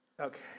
Okay